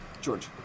George